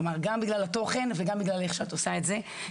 גם בגלל התוכן וגם בגלל איך שאת עושה את זה.